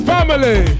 Family